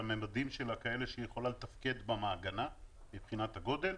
שהממדים שלה כאלה שהיא יכולה לתפקד במעגנה מבחינת הגודל,